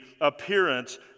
appearance